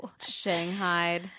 Shanghai